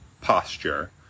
posture